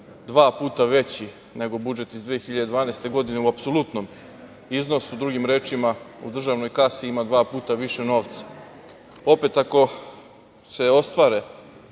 dva puta veći nego budžet iz 2012. godine u apsolutnom iznosu, drugim rečima u državnoj kasi ima dva puta više novca. Opet ako se ostvare